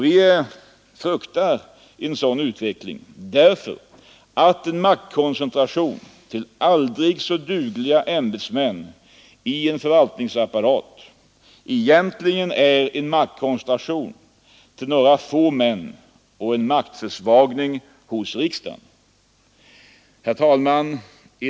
Vi fruktar en sådan utveckling därför att en maktkoncentration till aldrig så dugliga ämbetsmän i en förvaltningsapparat egentligen är en maktkoncentration till några få män och en maktförsvagning hos riksdagen. Herr talman!